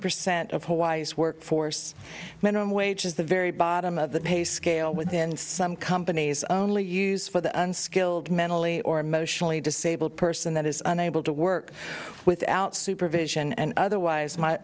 percent of hawaii's workforce minimum wage is the very bottom of the pay scale within some companies only use for the unskilled mentally or emotionally disabled person that is unable to work without supervision and otherwise my